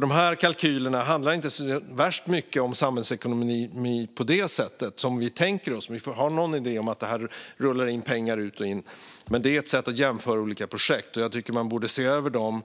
De kalkylerna handlar inte så värst mycket om samhällsekonomi på det sätt som vi tänker oss. Vi får ha någon idé om att det rullar in och ut pengar. Det är ett sätt att jämföra olika projekt. Jag tycker att man borde se över de